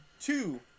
two